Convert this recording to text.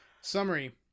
Summary